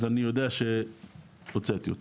אז אני יודע שהוצאתי אותו.